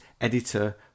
editor